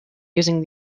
using